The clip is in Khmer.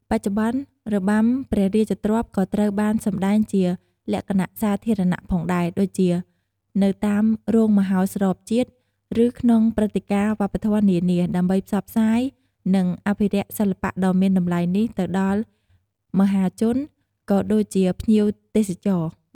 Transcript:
បច្ចុប្បន្ន របាំព្រះរាជទ្រព្យក៏ត្រូវបានសម្តែងជាលក្ខណៈសាធារណៈផងដែរ ដូចជានៅតាមរោងមហោស្រពជាតិ ឬក្នុងព្រឹត្តិការណ៍វប្បធម៌នានា ដើម្បីផ្សព្វផ្សាយ និងអភិរក្សសិល្បៈដ៏មានតម្លៃនេះទៅដល់មហាជន ក៏ដូចជាភ្ញៀវទេសចរណ៍។